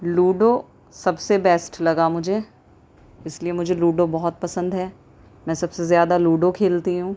ludo سب سے best لگا مجھے اس لیے مجھے لوڈو بہت پسند ہے میں سب سے زیادہ لوڈو کھیلتی ہوں